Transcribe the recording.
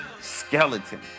Skeleton